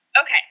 Okay